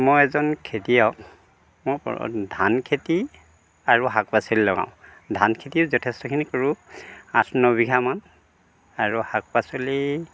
মই এজন খেতিয়ক মই ধান খেতি আৰু শাক পাচলি লগাওঁ ধান খেতিৰ যথেষ্টখিনি কৰোঁ আঠ ন বিঘামান আৰু শাক পাচলি